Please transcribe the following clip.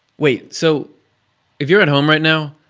wait! so if you're at home right now,